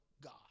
God